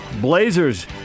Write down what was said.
Blazers